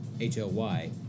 H-O-Y